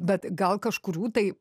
bet gal kažkurių tai